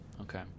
Okay